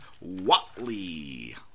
Watley